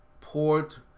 Port